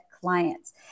clients